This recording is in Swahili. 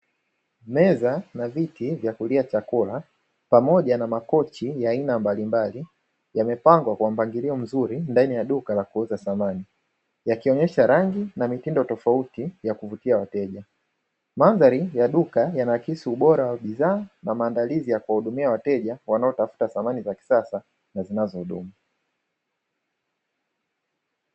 Meza na viti vya kulia chakula pamoja na makochi ya aina mbalimbali yamepangwa kwa mpangilio mzuri ndani ya duka la kuuza samani, yakionyesha rangi na mitindo tofauti ya kuvutia wateja mandhari ya duka yanaakisi ubora wa bidhaa na maandalizi ya kuwahudumia wateja, wanaotafuta samani za kisasa na zinazohudumu.